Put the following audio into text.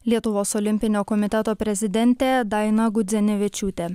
lietuvos olimpinio komiteto prezidentė daina gudzinevičiūtė